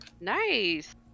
Nice